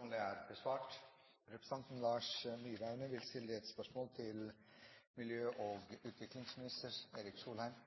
Dette spørsmålet, fra representanten Bjørn Lødemel til miljø- og utviklingsministeren, vil bli tatt opp av representanten Lars